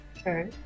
Okay